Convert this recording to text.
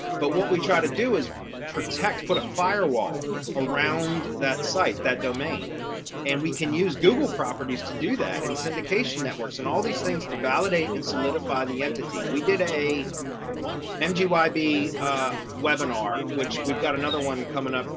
but what we try to do is protect put a firewall around that site, that domain and we can use google properties to do that and syndication networks and all these things to validate and solidify the entity. we did a mti be a webinar, which we've got another one coming ah